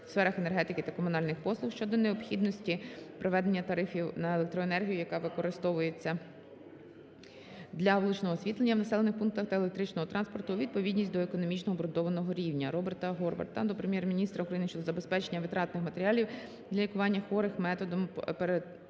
у сферах енергетики та комунальних послуг, шодо необхідності приведення тарифів на електроенергію, яка використовується для вуличного освітлення в населених пунктах та електричного транспорту, у відповідність до економічно обґрунтованого рівня. Роберта Горвата до Прем'єр-міністра України щодо забезпечення витратних матеріалів для лікування хворих методом перитонеального